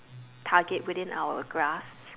target within our grasp